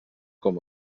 com